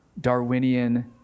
Darwinian